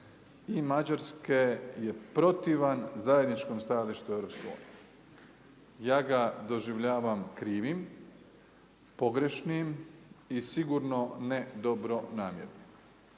i Mađarske je protivan zajedničkom stajalištu EU. Ja ga doživljavam krivim, pogrešnim i sigurno ne dobronamjernim.